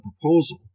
proposal